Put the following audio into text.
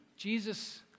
Jesus